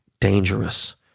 dangerous